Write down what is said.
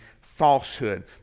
falsehood